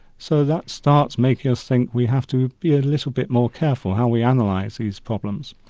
so that starts making us think we have to be a little bit more careful how we analyze these problems.